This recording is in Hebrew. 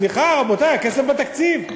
סליחה, רבותי, הכסף בתקציב.